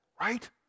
right